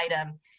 item